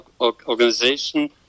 organization